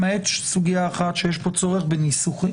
למעט סוגיה אחת שיש פה צורך בניסוחים.